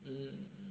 mm